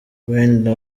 wenda